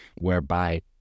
whereby